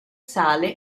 sale